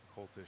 cultish